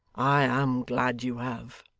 i am glad you have